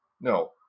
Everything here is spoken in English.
No